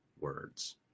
words